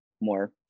more